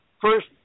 First